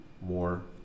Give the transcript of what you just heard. more